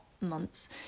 months